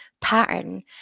pattern